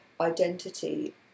identity